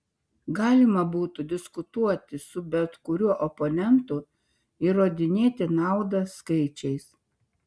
galima būtų diskutuoti su bet kuriuo oponentu įrodinėti naudą skaičiais